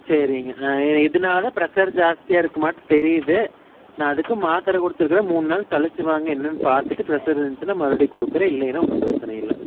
சரிங்க ஆ இதனால தான் ப்ரெஷர் ஜாஸ்தியாக இருக்கமாட்டம் தெரியுது நான் அதுக்கும் மாத்திர குடுத்துருக்கிறேன் மூணு நாள் கழித்து வாங்க நான் என்னென்னு பார்த்துட்டு ப்ரெஷர் இருந்துச்சுனா மறுபடியும் குடுக்கிறேன் இல்லைன்னா ஒன்றும் பிரச்சனை இல்லை